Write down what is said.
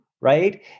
Right